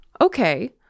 Okay